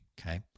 okay